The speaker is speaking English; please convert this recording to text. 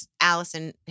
Allison